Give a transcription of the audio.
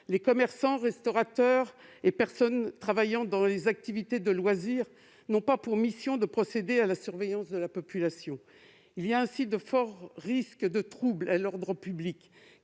Les commerçants, restaurateurs et personnes travaillant dans les activités de loisir n'ont pas pour mission de procéder à la surveillance de la population. Il y a ainsi de forts risques de troubles à l'ordre public